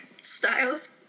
Styles